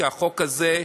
כי החוק הזה,